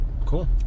Cool